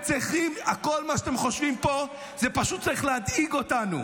כל מה שאתם חושבים פה, זה פשוט צריך להדאיג אותנו.